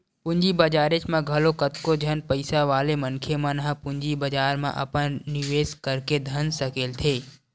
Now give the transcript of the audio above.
पूंजी बजारेच म घलो कतको झन पइसा वाले मनखे मन ह पूंजी बजार म अपन निवेस करके धन सकेलथे